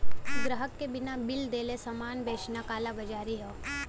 ग्राहक के बिना बिल देले सामान बेचना कालाबाज़ारी हौ